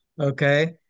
okay